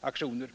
åtgärder.